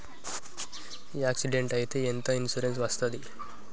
Accident అయితే ఎంత insurance వస్తది?